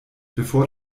bevor